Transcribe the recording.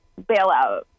bailout